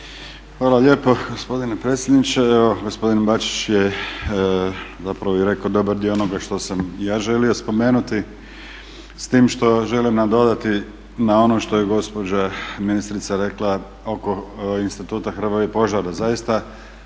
Hvala lijepo gospodine predsjedniče. Evo gospodin Bačić je zapravo i rekao dobar dio onoga što sam ja želio spomenuti s tim da želim nadodati na ono što je gospođa ministrica replika oko Instituta "Hrvoje Požar",